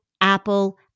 Apple